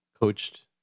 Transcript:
coached